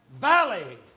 valley